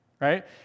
right